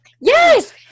Yes